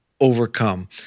overcome